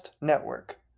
Network